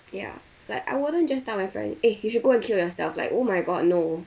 ya like I wouldn't just tell my friend eh you should go and kill yourself like oh my god no